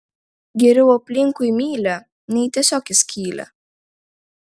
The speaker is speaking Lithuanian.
geriau aplinkui mylią nei tiesiog į skylę